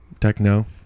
techno